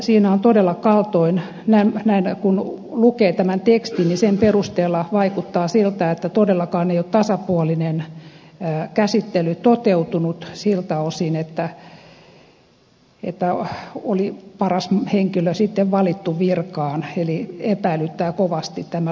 siinä todella kun lukee tämän tekstin sen perusteella vaikuttaa siltä että todellakaan ei ole tasapuolinen käsittely toteutunut siltä osin oliko paras henkilö sitten valittu virkaan eli epäilyttää kovasti tämä lopputulos